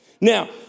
Now